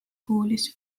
kuulis